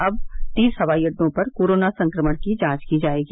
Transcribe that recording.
अब तीस हवाई अड्डों पर कोरोना संक्रमण की जांच की जाएगी